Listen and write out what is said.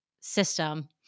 system